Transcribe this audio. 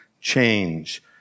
change